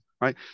right